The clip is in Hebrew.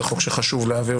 זה חוק שחשוב להעביר,